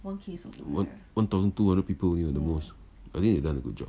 one thousand two hundred people only [what] the most I think they've done a good job